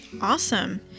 Awesome